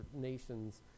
nations